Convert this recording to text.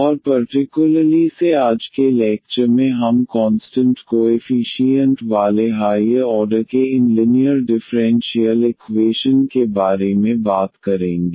और पर्टिकुलरली से आज के लैक्चर में हम कॉन्सटंट कोएफीशीयंट वाले हाइयर ऑर्डर के इन लिनीयर डिफ़्रेंशियल इकवेशन के बारे में बात करेंगे